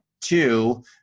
two